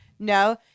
no